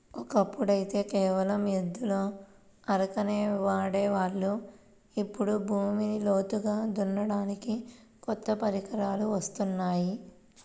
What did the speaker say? ఒకప్పుడైతే కేవలం ఎద్దుల అరకనే వాడే వాళ్ళం, ఇప్పుడు భూమిని లోతుగా దున్నడానికి కొత్త పరికరాలు వత్తున్నాయి